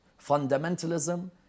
fundamentalism